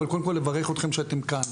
אבל קודם כל לברך אתכם שאתם כאן.